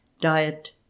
diet